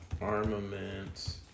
armament